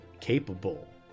capable